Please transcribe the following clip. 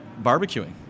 barbecuing